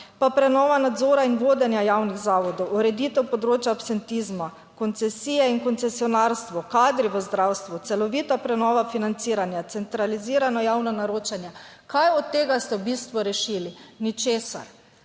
pa prenova nadzora in vodenja javnih zavodov, ureditev področja absentizma, koncesije in koncesionarstvo, kadri v zdravstvu, celovita prenova financiranja, centralizirano javno naročanje. Kaj od tega ste v bistvu rešili? Ničesar.